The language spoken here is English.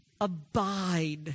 abide